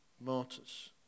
martyrs